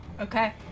Okay